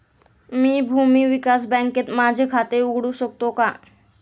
मी भूमी विकास बँकेत माझे खाते उघडू शकतो का?